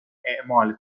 اعمال